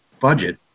budget